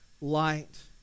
light